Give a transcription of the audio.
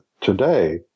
today